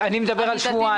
אני מדבר על שבועיים.